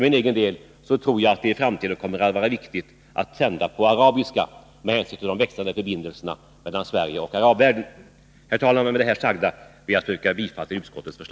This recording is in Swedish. I framtiden kommer det i stället att vara viktigt att sända på arabiska med hänsyn till de växande förbindelserna mellan Sverige och arabvärlden. Herr talman! Med det sagda ber jag att få yrka bifall till utskottets